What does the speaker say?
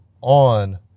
on